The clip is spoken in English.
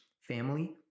family